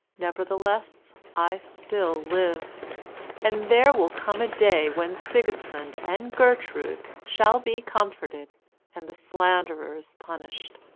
nevertheless i still live and there will come a day when sigismund and gertrude shall be comforted and the slanderers punished.